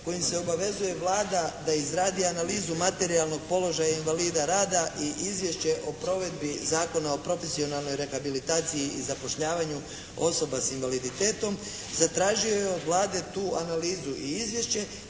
kojim se obavezuje Vlada da izradi analizu materijalnog položaja invalida rada i izvješće o provedbi zakona o profesionalnoj rehabilitaciji i zapošljavanju osoba s invaliditetom, zatražio je od Vlade tu analizu i izvješće